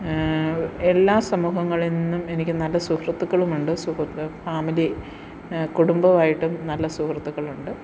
എല്ലാ സമൂഹങ്ങളിൽ നിന്നും എനിക്ക് നല്ല സുഹൃത്തുക്കളുമുണ്ട് സുഹൃദ് ഫാമിലി കുടുംബവുമായിട്ടും നല്ല സുഹൃത്തുക്കളുണ്ട്